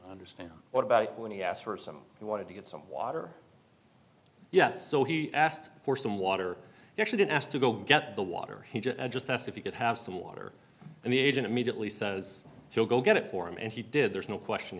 understand what about when he asked for some he wanted to get some water yes so he asked for some water he actually didn't ask to go get the water he just asked if you could have some water and the agent immediately says he'll go get it for him and he did there's no question